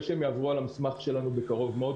שהם יעברו על המסמך שלנו בקרוב מאוד,